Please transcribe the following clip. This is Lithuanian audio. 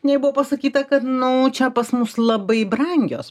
jai buvo pasakyta kad nu čia pas mus labai brangios